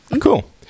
Cool